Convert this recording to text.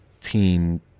team